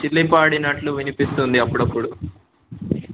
చిట్లిపోయినట్లు వినిపిస్తుంది అప్పుడప్పుడు